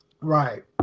Right